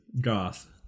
goth